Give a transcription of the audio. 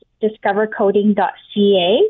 discovercoding.ca